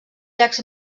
llacs